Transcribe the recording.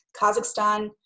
Kazakhstan